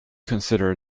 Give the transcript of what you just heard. consider